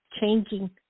changing